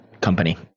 company